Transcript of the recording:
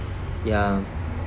ya